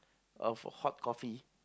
of hot coffee